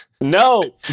no